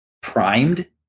primed